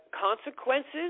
consequences